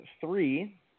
three